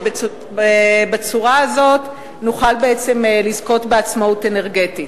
ובצורה הזאת נוכל בעצם לזכות בעצמאות אנרגטית.